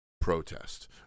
protest